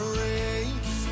race